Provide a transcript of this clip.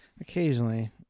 Occasionally